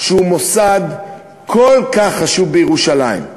שהוא מוסד כל כך חשוב בירושלים,